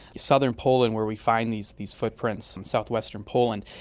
southern poland where we find these these footprints, in south-western poland,